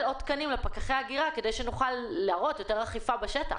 עוד תקנים לפקחי הגירה כדי שנוכל להראות יותר אכיפה בשטח.